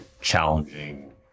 challenging